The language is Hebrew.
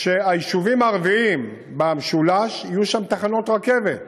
והיישובים הערביים במשולש, יהיו שם תחנות רכבת: